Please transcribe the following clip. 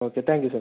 okay thank you sir